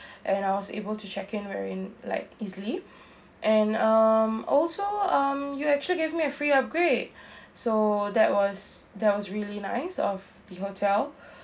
and I was able to check in very like easily and um also um you actually gave me a free upgrade so that was that was really nice of the hotel